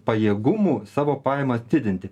pajėgumų savo pajamas didinti